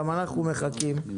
גם אנחנו מחכים,